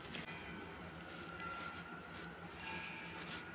श्रावणबाळ सेवा राज्य निवृत्तीवेतन योजनेसाठी मी पात्र आहे की नाही हे मी कसे तपासू?